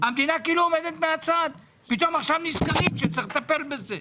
המדינה כאילו עומדת מהצד ופתאום עכשיו נזכרים שצריך לטפל בזה.